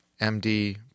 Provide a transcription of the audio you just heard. MD